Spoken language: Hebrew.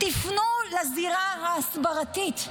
תפנו לזירה ההסברתית.